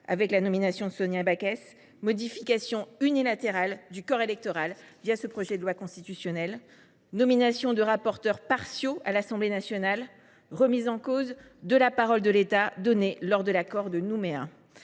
avec la nomination de Sonia Backès, modification unilatérale du corps électoral ce projet de loi constitutionnelle, nomination de rapporteurs partiaux à l’Assemblée nationale, remise en cause de la parole de l’État donnée lors de l’accord de Nouméa.